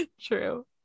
True